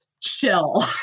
chill